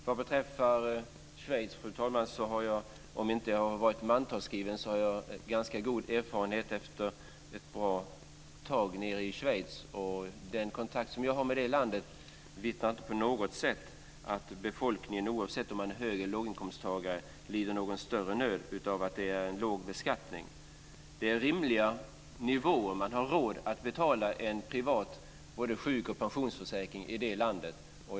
Fru talman! Vad beträffar Schweiz så har jag om inte varit mantalsskriven där åtminstone ganska god erfarenhet av landet efter att ha varit där ett bra tag. Den kontakt jag har med landet vittnar inte på något sätt om att befolkningen, oavsett om man är hög eller låginkomsttagare, lider någon större nöd av den låga beskattningen. Det är rimliga nivåer. Man har råd att betala både en privat sjukförsäkring och pensionsförsäkring i landet.